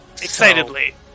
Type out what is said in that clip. Excitedly